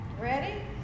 ready